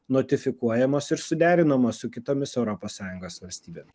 notifikuojamos ir suderinamos su kitomis europos sąjungos valstybėm